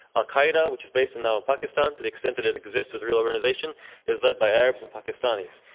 al-qaeda which is based now in pakistan, to the extent that it exists as a real organization is led by arabs and pakistanis.